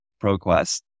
ProQuest